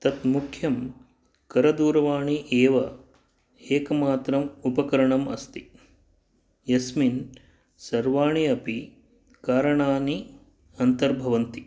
तत् मुख्यं करदूरवाणी एव एकमात्रम् उपकरणम् अस्ति यस्मिन् सर्वाणि अपि कारणानि अन्तर्भवन्ति